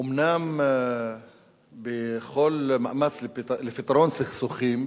אומנם בכל מאמץ לפתרון סכסוכים,